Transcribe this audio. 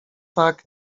tak